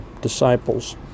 disciples